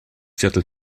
viertel